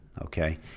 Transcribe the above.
okay